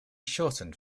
shortened